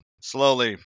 slowly